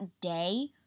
day